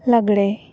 ᱞᱟᱜᱽᱬᱮ